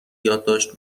یادداشت